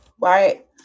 right